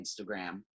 Instagram